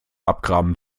abgraben